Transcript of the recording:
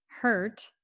Hurt